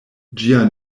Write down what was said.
ĝia